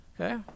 okay